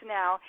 now